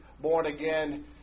born-again